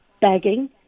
begging